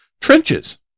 trenches